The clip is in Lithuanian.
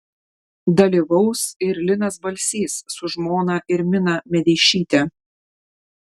dalyvaus ir linas balsys su žmona irmina medeišyte